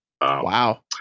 Wow